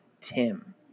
Tim